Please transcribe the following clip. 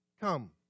come